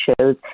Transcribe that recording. shows